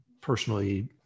personally